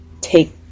take